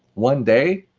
one day,